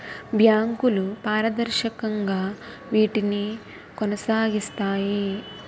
బ్యాంకులు పారదర్శకంగా వీటిని కొనసాగిస్తాయి